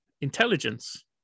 intelligence